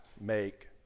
make